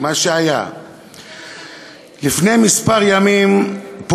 בשם השם, תדייק.